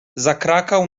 zakrakał